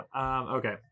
Okay